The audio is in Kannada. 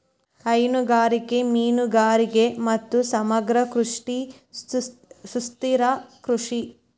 ಹೈನುಗಾರಿಕೆ, ಮೇನುಗಾರಿಗೆ ಮತ್ತು ಸಮಗ್ರ ಕೃಷಿ ಸುಸ್ಥಿರ ಕೃಷಿ